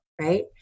right